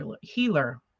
healer